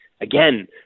again